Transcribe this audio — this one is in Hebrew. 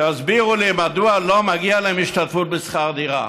תסבירו לי, מדוע לא מגיעה להם השתתפות בשכר דירה?